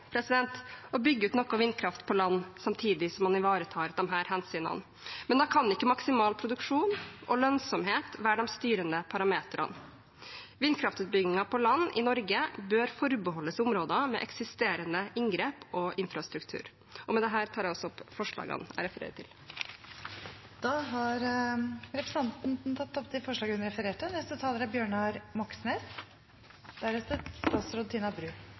å bygge ut noe vindkraft på land samtidig som man ivaretar disse hensynene, men da kan ikke maksimal produksjon og lønnsomhet være de styrende parametrene. Vindkraftutbyggingen på land i Norge bør forbeholdes områder med eksisterende inngrep og infrastruktur. Med dette tar jeg også opp forslagene jeg refererer til. Representanten Une Bastholm har tatt opp de forslagene hun refererte til. Rødt er